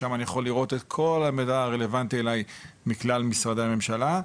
ששם אני יכול לראות את כל המידע הרלוונטי אליי מכלל משרדי הממשלה.